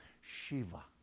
Shiva